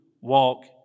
walk